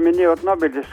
minėjot nobelis